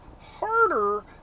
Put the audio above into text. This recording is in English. harder